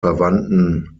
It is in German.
verwandten